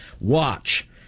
watch